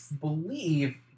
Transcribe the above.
believe